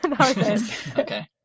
Okay